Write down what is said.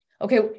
Okay